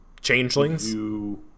Changelings